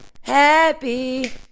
happy